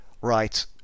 right